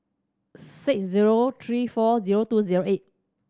six zero three four zero two zero eight